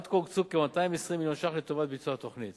עד כה הוקצו כ-220 מיליון ש"ח לטובת ביצוע התוכנית,